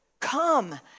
Come